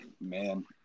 Man